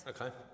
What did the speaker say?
Okay